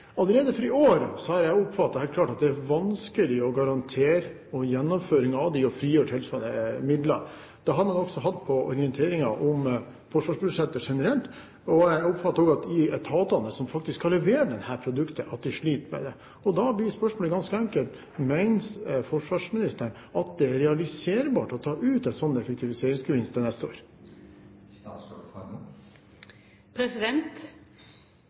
allerede for i år er vanskelig å garantere for gjennomføring av dette – å frigjøre tilsvarende midler. Dette har man også hatt oppe på orienteringen om forsvarsbudsjettet generelt. Jeg oppfatter også at de etatene som faktisk skal levere dette produktet, sliter med det. Da blir spørsmålet ganske enkelt: Mener forsvarsministeren at det er realiserbart å ta ut en slik effektiviseringsgevinst til neste år?